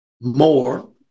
more